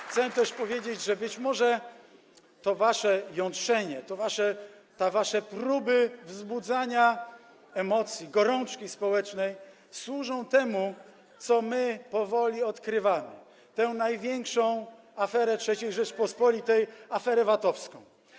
Chcę też powiedzieć, że być może to wasze jątrzenie, te wasze próby wzbudzania emocji, gorączki społecznej służą temu, co my powoli odkrywamy - tę największą aferę III Rzeczypospolitej... [[Aferę w KNF.]] ...aferę VAT-owską.